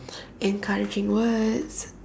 encouraging words